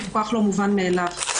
זה כל-כך לא מובן מאליו.